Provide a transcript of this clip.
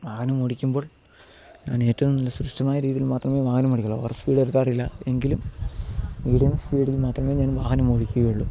വാഹനമോടിക്കുമ്പോൾ ഞാനേറ്റവും നല്ല സുരക്ഷിതമായ രീതിയിൽ മാത്രമേ വാഹനമോടിക്കുകയുള്ളു ഓവർ സ്പീഡെടുക്കാറില്ല എങ്കിലും മീഡിയം സ്പീഡിൽ മാത്രമേ ഞാൻ വാഹനം ഓടിക്കുകയുള്ളൂ